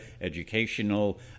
educational